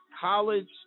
college